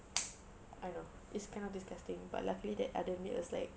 I know it's kind of disgusting but luckily the other maid was like